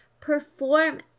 perform